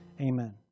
amen